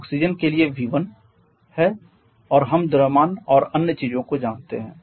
oxygen के लिए V1 है और हम द्रव्यमान और अन्य चीजों को जानते हैं